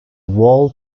wall